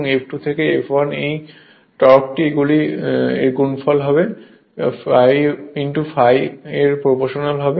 F2 থেকে F1 এবং এই টর্কটি এর গুণফল ∅∅ এর প্রপ্রোশনাল হবে